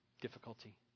difficulty